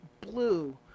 blue